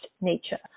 nature